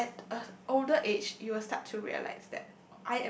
but at a older age you will start to realise that